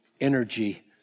energy